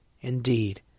Indeed